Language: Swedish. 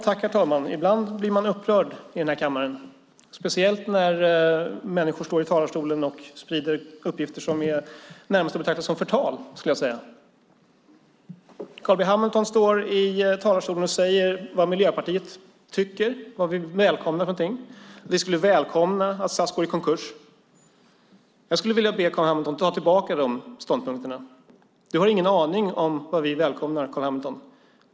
Herr talman! Ibland blir man upprörd i den här kammaren, speciellt när människor står i talarstolen och sprider uppgifter som är i det närmaste att betrakta som förtal. Carl B Hamilton står i talarstolen och säger vad Miljöpartiet tycker, vad vi välkomnar. Vi skulle välkomna att SAS går i konkurs. Jag vill be Carl B Hamilton ta tillbaka de ståndpunkterna. Du har ingen aning om vad vi välkomnar, Carl B Hamilton.